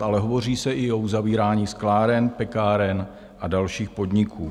Ale hovoří se i o uzavírání skláren, pekáren a dalších podniků.